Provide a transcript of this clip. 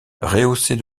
rehaussée